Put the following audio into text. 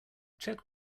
check